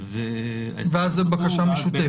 --- ואז זו בקשה משותפת.